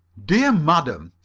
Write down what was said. dear madam,